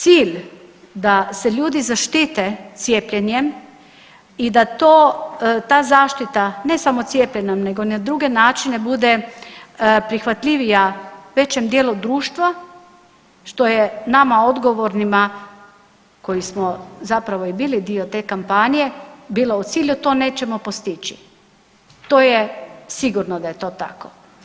Zapravo cilj da se ljudi zaštite cijepljenjem i da ta zaštita ne samo cijepljenjem nego na druge načine bude prihvatljivija većem dijelu društva što je nama odgovornima koji smo zapravo i bili dio te kapanje bilo u cilju to nećemo postići, to je sigurno da je to tako.